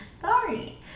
sorry